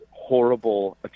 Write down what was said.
Horrible